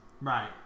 Right